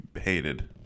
hated